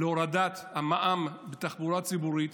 להורדת המע"מ בתחבורה הציבורית